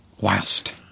Whilst